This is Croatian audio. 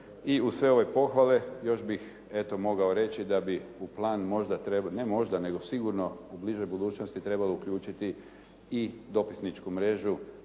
I uz sve ove pohvale još bih eto mogao reći da bi u plan možda, ne možda nego sigurno u bližoj budućnosti trebalo uključiti i dopisničku mrežu